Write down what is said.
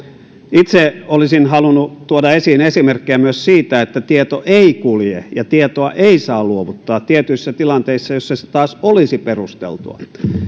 itse olisin halunnut tuoda esiin esimerkkejä myös siitä että tieto ei kulje ja tietoa ei saa luovuttaa tietyissä tilanteissa joissa se taas olisi perusteltua